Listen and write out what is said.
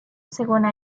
segona